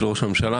של ראש הממשלה,